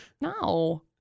No